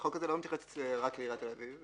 החוק הזה לא מתייחס רק לעיריית תל אביב.